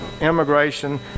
immigration